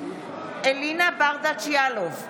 אלינה ברדץ' יאלוב,